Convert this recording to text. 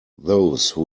those